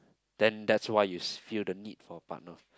then that's why you feel the need for partner